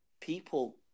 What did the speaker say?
people –